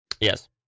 yes